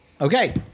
Okay